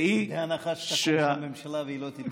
והיא, בהנחה שתקום ממשלה והיא לא תתפרק.